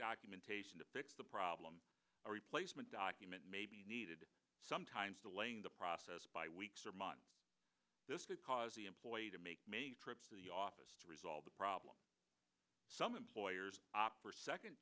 documentation to fix the problem a replacement document may be needed sometimes delaying the process by weeks or months this could cause the employee to make many trips to the office to resolve the problem some employers opt for second